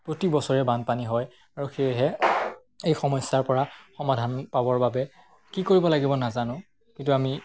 প্ৰতি বছৰে বানপানী হয় আৰু সেয়েহে এই সমস্যাৰ পৰা সমাধান পাবৰ বাবে কি কৰিব লাগিব নাজানো কিন্তু আমি